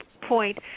point